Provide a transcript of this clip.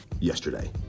yesterday